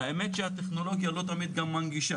האמת שהטכנולוגיה לא תמיד מנגישה.